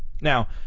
Now